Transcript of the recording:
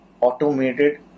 automated